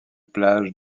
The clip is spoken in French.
plages